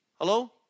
Hello